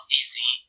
easy